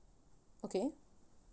okay